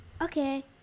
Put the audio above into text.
Okay